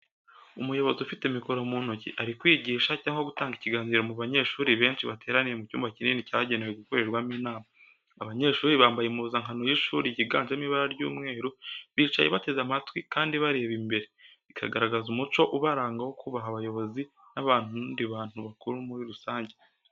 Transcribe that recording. Umuyobozi ufite mikoro mu ntoki ari kwigisha, cyangwa gutanga ikiganiro mu banyeshuri benshi bateraniye mu cyumba kinini cyagenewe gukorerwamo inama. Abanyeshuri bambaye impuzankano y’ishuri yiganjemo ibara ry'umweru, bicaye bateze amatwi kandi bareba imbere, bikagaragaza umuco ubaranga wo kubaha abayobozi n’abandi bantu bakuru muri rusange.